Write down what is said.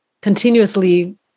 continuously